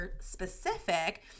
specific